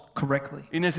correctly